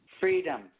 Freedom